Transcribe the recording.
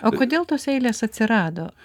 o kodėl tos eilės atsirado